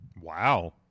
Wow